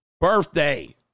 birthday